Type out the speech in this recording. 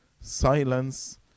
silence